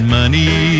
money